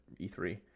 E3